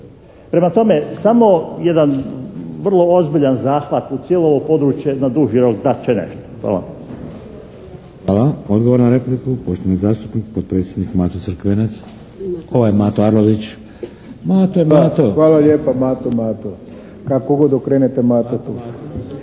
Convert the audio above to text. Prema tome, samo jedan vrlo ozbiljan zahvat u cijelo ovo područje na duži rok dat će nešto. Hvala.